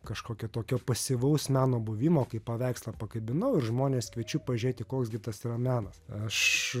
kažkokio tokio pasyvaus meno buvimo kai paveikslą pakabinau ir žmones kviečiu pažiūrėti koks gi tas yra menas aš